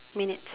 minutes